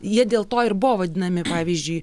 jie dėl to ir buvo vadinami pavyzdžiui